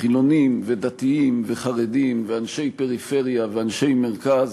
חילונים ודתיים וחרדים ואנשי פריפריה ואנשי מרכז,